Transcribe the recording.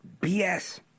BS